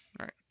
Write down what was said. Right